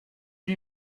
lui